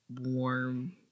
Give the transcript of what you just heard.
warm